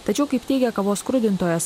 tačiau kaip teigia kavos skrudintojas